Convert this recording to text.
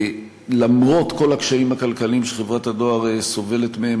למרות כל הקשיים הכלכליים שחברת הדואר סובלת מהם,